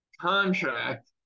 contract